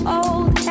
old